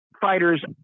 fighters